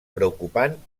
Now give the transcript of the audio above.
preocupant